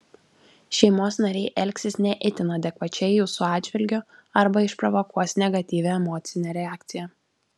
šeimos nariai elgsis ne itin adekvačiai jūsų atžvilgiu arba išprovokuos negatyvią emocinę reakciją